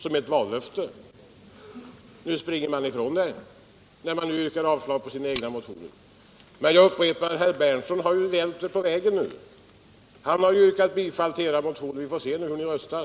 De löftena springer man nu ifrån när man yrkar avslag på sina egna motioner. Jag upprepar: Herr Berndtson har vänt på det hela nu. Han har ju yrkat bifall till era motioner. Vi får se hur ni röstar.